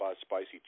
spicy